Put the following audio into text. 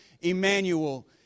Emmanuel